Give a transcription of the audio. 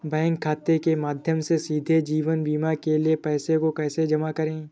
Bank खाते के माध्यम से सीधे जीवन बीमा के लिए पैसे को कैसे जमा करें?